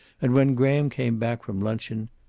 and, when graham came back from luncheon,